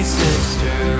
sister